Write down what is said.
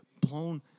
blown